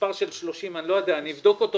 המספר של 30 אני אבדוק את זה.